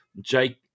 Jake